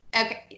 okay